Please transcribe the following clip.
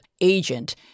agent